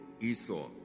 Esau